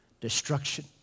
destruction